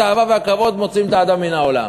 התאווה והכבוד מוציאים את האדם מן העולם.